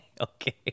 okay